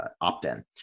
opt-in